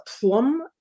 plum